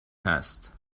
هست